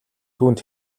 түүнд